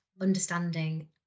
understanding